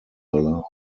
allowed